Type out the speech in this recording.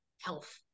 health